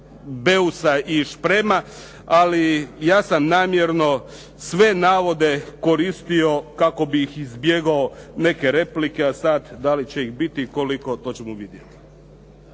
Beusa i Šprema, ali ja sam namjerno sve navode koristio kako bi izbjegao neke replike. A sada da li će ih biti i koliko, to ćemo vidjeti.